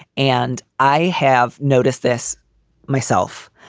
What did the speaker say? and i have noticed this myself,